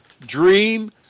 dream